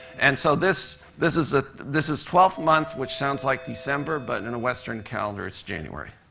and so this this is ah this is twelfth month, which sounds like december, but in a western calendar, it's january.